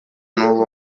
n’uwo